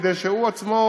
כדי שהוא עצמו